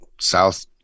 South